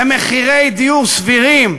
למחירי דיור סבירים,